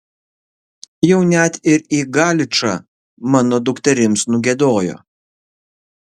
jau net ir į galičą mano dukterims nugiedojo